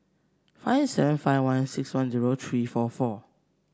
five seven five one six one zero three four four